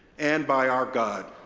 and by our god.